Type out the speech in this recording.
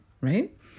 right